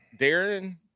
Darren